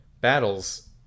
battles